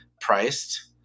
priced